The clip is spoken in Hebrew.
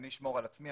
אני אשמור על עצמי.